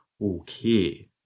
okay